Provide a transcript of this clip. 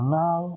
now